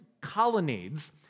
colonnades